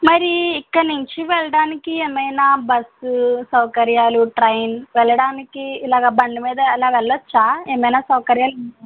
మరి ఇక్కడి నుంచి వెళ్ళడానికి ఏమైనా బస్సు సౌకర్యాలు ట్రైన్ వెళ్ళడానికి ఇలాగ బండ్ల మీద అలా వెళ్ళొచ్చా ఏమైనా సౌకర్యాలున్నాయా